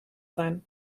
sein